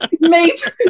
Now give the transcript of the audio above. mate